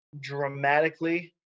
dramatically